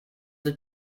the